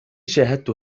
شاهدت